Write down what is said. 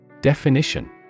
Definition